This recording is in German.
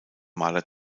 mahler